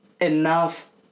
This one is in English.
enough